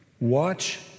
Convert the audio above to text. Watch